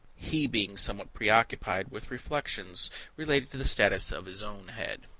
he being somewhat preoccupied with reflections relating to the status of his own head.